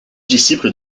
disciple